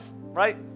right